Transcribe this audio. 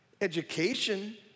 Education